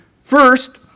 First